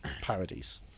parodies